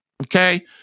Okay